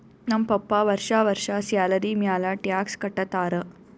ನಮ್ ಪಪ್ಪಾ ವರ್ಷಾ ವರ್ಷಾ ಸ್ಯಾಲರಿ ಮ್ಯಾಲ ಟ್ಯಾಕ್ಸ್ ಕಟ್ಟತ್ತಾರ